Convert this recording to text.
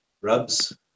rubs